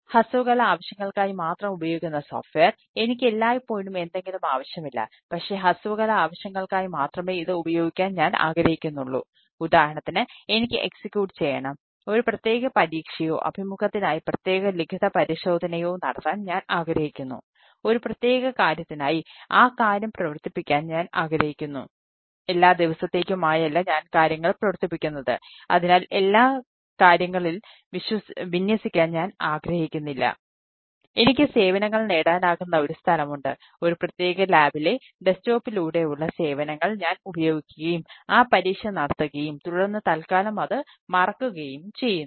web സേവനങ്ങൾ ഞാൻ ഉപയോഗിക്കുകയും ആ പരീക്ഷ നടത്തുകയും തുടർന്ന് തൽക്കാലം അത് മറക്കുകയും ചെയ്യുന്നു